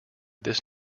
this